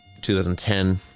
2010